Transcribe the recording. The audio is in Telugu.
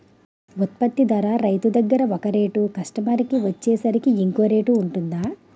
ఉత్పత్తి ధర రైతు దగ్గర ఒక రేట్ కస్టమర్ కి వచ్చేసరికి ఇంకో రేట్ వుంటుందా?